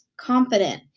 confident